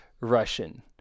Russian